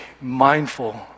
mindful